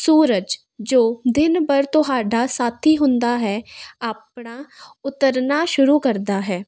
ਸੂਰਜ ਜੋ ਦਿਨ ਭਰ ਤੁਹਾਡਾ ਸਾਥੀ ਹੁੰਦਾ ਹੈ ਆਪਣਾ ਉਤਰਨਾ ਸ਼ੁਰੂ ਕਰਦਾ ਹੈ